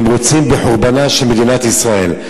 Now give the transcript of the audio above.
רוצים בחורבנה של מדינת ישראל.